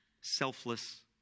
selfless